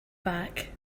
back